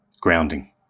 grounding